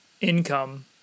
income